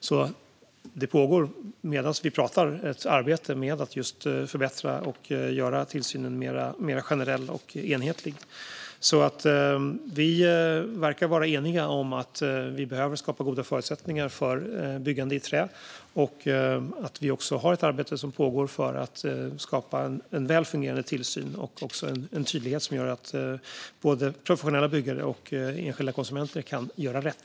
Medan vi pratar pågår alltså ett arbete med att förbättra och göra tillsynen mer generell och enhetlig. Vi verkar vara eniga om att vi behöver skapa goda förutsättningar för byggande i trä och att vi har ett arbete som pågår för att skapa en väl fungerande tillsyn och en tydlighet som gör att både professionella byggare och enskilda konsumenter kan göra rätt.